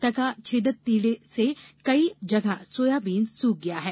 तना छेदक कीड़े से कई जगह सोयाबीन सूख गया है